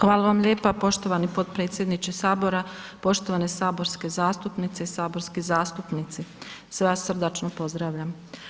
Hvala vam lijepa poštovani potpredsjedniče Sabora, poštovane saborske zastupnice i saborski zastupnici, sve vas srdačno pozdravljam.